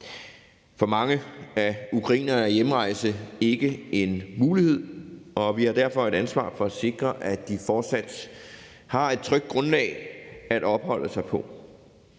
For mange ukrainere er hjemrejse ikke en mulighed, og vi har derfor et ansvar for at sikre, at de fortsat har et trygt grundlag at opholde sig på.